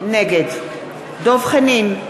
נגד דב חנין,